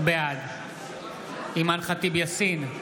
בעד אימאן ח'טיב יאסין,